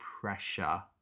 pressure